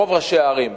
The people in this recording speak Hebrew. רוב ראשי הערים,